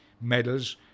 medals